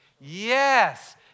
Yes